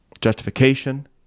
Justification